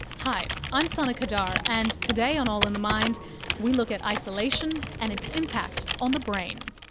hi, i'm sana qadar, and today on all in the mind we look at isolation and its impact on the brain.